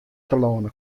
telâne